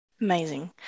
Amazing